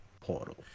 portal